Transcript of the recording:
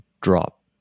drop